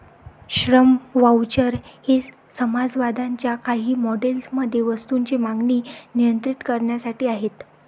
श्रम व्हाउचर हे समाजवादाच्या काही मॉडेल्स मध्ये वस्तूंची मागणी नियंत्रित करण्यासाठी आहेत